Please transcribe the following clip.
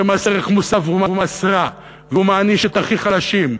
שמס ערך מוסף הוא מס רע והוא מעניש את הכי חלשים.